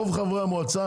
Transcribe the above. רוב חברי המועצה